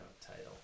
title